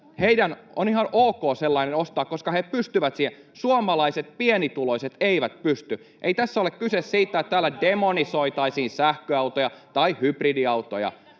heidän on ihan ok sellainen ostaa, koska he pystyvät siihen. Suomalaiset pienituloiset eivät pysty. [Timo Harakka: Ostamaan mitään autoa!] Ei tässä ole kyse siitä, että täällä demonisoitaisiin sähköautoja tai hybridiautoja.